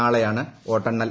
നാളെയാണ് വോട്ടെണ്ണൽ